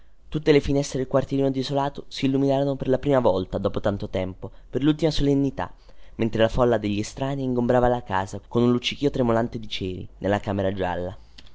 tutte le finestre del quartierino desolato si illuminarono per la prima volta dopo tanto tempo per lultima solennità mentre la folla degli estranei ingombrava la casa con un luccichío tremolante di ceri nella camera gialla